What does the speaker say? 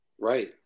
right